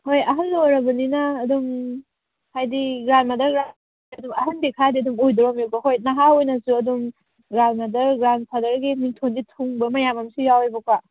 ꯍꯣꯏ ꯑꯍꯜ ꯑꯣꯏꯔꯕꯅꯤꯅ ꯑꯗꯨꯝ ꯍꯥꯏꯗꯤ ꯒ꯭ꯔꯥꯟ ꯃꯥꯗꯔꯒ ꯑꯗꯨꯝ ꯑꯍꯟꯗꯤ ꯈꯔ ꯑꯗꯨꯝ ꯑꯣꯏꯗꯣꯔꯕꯅꯦꯕ ꯍꯣꯏ ꯅꯍꯥ ꯑꯣꯏꯅꯁꯨ ꯑꯗꯨꯝ ꯒ꯭ꯔꯥꯟ ꯃꯥꯗꯔ ꯒ꯭ꯔꯥꯟ ꯐꯥꯗꯔꯒꯤ ꯃꯤꯡꯊꯣꯟꯁꯤ ꯊꯨꯡꯕ ꯃꯌꯥꯝ ꯑꯃꯁꯨ ꯌꯥꯎꯌꯦꯕꯀꯣ